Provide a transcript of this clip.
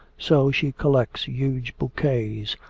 so she collects huge bouquets,